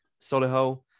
Solihull